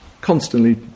constantly